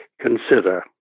consider